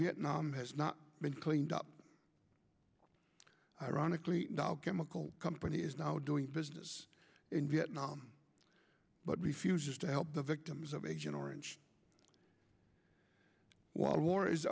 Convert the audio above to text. vietnam has not been cleaned up ironically the chemical company is now doing business in vietnam but refuses to help the victims of agent orange while a war is